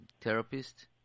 therapist